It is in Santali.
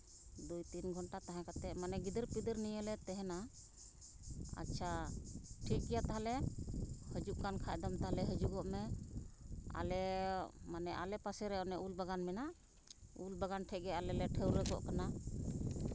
ᱫᱩᱭ ᱛᱤᱱ ᱜᱷᱚᱱᱴᱟ ᱛᱟᱦᱮᱸ ᱠᱟᱛᱮᱫ ᱢᱟᱱᱮ ᱜᱤᱫᱟᱹᱨᱼᱯᱤᱫᱟᱹᱨ ᱱᱤᱭᱟᱹ ᱞᱮ ᱛᱟᱦᱮᱱᱟ ᱟᱪᱪᱷᱟ ᱴᱷᱤᱠᱜᱮᱭᱟ ᱛᱟᱦᱞᱮ ᱦᱤᱡᱩᱜ ᱠᱟᱱ ᱠᱷᱟᱱ ᱫᱚᱢ ᱛᱟᱦᱞᱮ ᱦᱤᱡᱩᱜᱚᱜ ᱢᱮ ᱟᱞᱮ ᱢᱟᱱᱮ ᱟᱞᱮ ᱯᱟᱥᱮ ᱨᱮ ᱚᱱᱮ ᱩᱞ ᱵᱟᱜᱟᱱ ᱢᱮᱱᱟᱜ ᱩᱞ ᱵᱟᱜᱟᱱ ᱴᱷᱮᱱ ᱜᱮ ᱟᱞᱮ ᱞᱮ ᱴᱷᱟᱹᱣᱨᱟᱹ ᱠᱚᱜ ᱠᱟᱱᱟ